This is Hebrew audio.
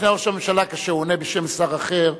המשנה לראש הממשלה, כאשר הוא עונה בשם שר אחר,